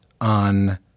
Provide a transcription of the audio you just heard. on